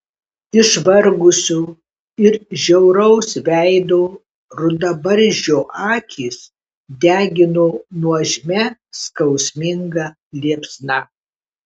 išvargusio ir žiauraus veido rudabarzdžio akys degino nuožmia skausminga liepsna